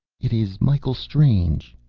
it is michael strange,